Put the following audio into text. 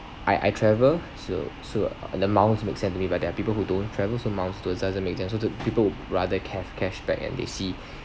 I I travel so so the miles make sense to me but there are people who don't travel so miles to them doesn't make sense so the people would rather cash cashback and they see